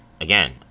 again